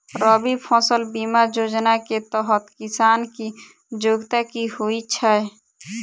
रबी फसल बीमा योजना केँ तहत किसान की योग्यता की होइ छै?